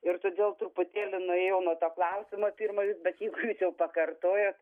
ir todėl truputėlį nuėjau nuo to klausimo pirmo bet jeigu jūs jau pakartojot